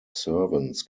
servants